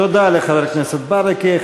תודה לחבר הכנסת ברכה.